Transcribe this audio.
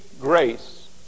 grace